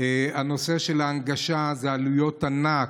הנושא של ההנגשה, זה עלויות ענק,